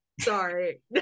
Sorry